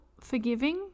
forgiving